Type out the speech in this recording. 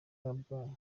kabgayi